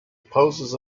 poses